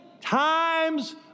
times